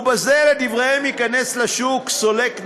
ובה, לדבריהן, ייכנס לשוק סולק נוסף,